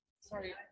Sorry